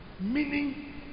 Meaning